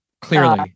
Clearly